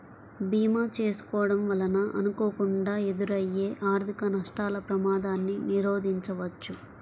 భీమా చేసుకోడం వలన అనుకోకుండా ఎదురయ్యే ఆర్థిక నష్టాల ప్రమాదాన్ని నిరోధించవచ్చు